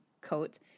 coat